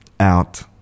out